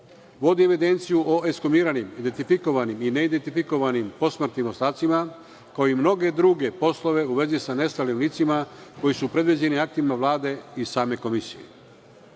Vodi evidenciju o ekshumiranim, identifikovanim i neidentifikovanim posmrtnim ostacima, kao i mnoge druge poslove u vezi sa nestalim licima koji su predviđeni aktima Vlade i same komisije. Komisija